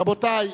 רבותי,